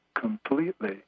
completely